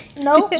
nope